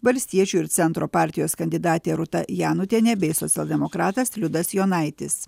valstiečių ir centro partijos kandidatė rūta janutienė bei socialdemokratas liudas jonaitis